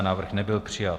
Návrh nebyl přijat.